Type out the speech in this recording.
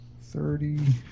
thirty